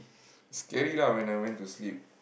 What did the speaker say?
scary lah when I went to sleep